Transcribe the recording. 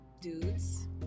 dudes